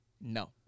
No